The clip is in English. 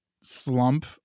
slump